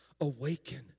Awaken